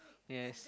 yes